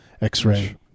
x-ray